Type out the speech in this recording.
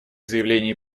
заявлений